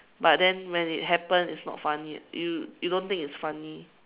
but then when it happened it's not funny you you don't think it's funny